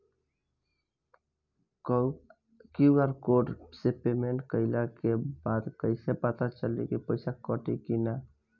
QR code से payment कईला के बाद कईसे पता चली की पैसा कटल की ना?